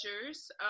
features